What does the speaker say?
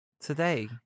today